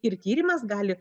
ir tyrimas gali